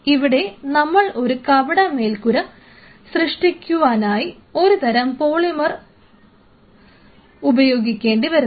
ഇവിടെ നമ്മൾ ഒരു കപട മേൽക്കുര സൃഷ്ടിക്കാനായി ഒരുതരം പോളിമർ അവർക്ക് ഉപയോഗിക്കേണ്ടിവരുന്നു